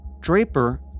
Draper